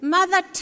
Mother